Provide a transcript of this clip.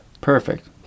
Perfect